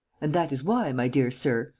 and that is why, my dear sir,